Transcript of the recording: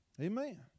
Amen